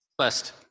First